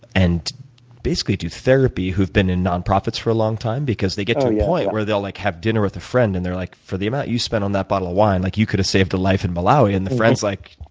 and basically do therapy, who have been in nonprofits for a long time, because they get to the point where they'll like have dinner with a friend, and they're like, for the amount you spent on that bottle of wine, like you could have saved a life in malawi. and the friend's like,